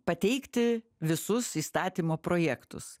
pateikti visus įstatymo projektus